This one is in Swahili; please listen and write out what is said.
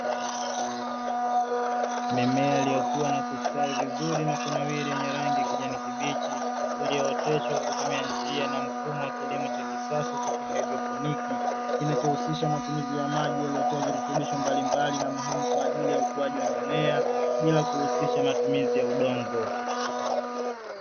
Mimea iliyokua na kustawi vizuri na kunawiri kwa rangi ya kijani kibichi iliyooteshwa kwa kutumia njia na mfumo wa kilimo cha kisasa cha kihaidroponiki, kinachohusisha matumizi ya maji yanayotoa virutubisho mabalimbali na muhimu kwa ajili ya ukuaji wa mimea bila kuhusisha matumizi ya udongo.